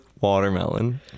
watermelon